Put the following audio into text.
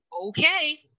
Okay